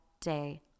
day